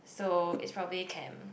so it's probably chem